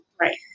Right